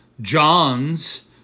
John's